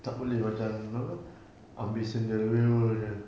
tak boleh macam apa ambil scenario jer